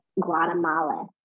Guatemala